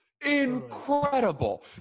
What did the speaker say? Incredible